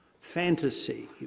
fantasy